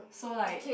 so like